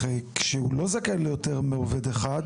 כשהוא לא זכאי ליותר מעובד אחד